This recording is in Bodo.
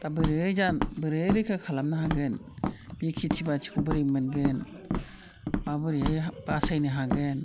दा बोरै जानो बोरै रैखा खालामनो हागोन बे खेथि बाथिखौ बोरै मोनगोन माबोरैहाय बासायनो हागोन